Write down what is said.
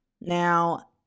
Now